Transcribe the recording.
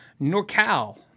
NorCal